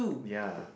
ya